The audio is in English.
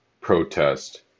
protest